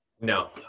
No